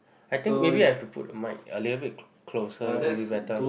I think maybe I have to put the mic a little bit closer will be better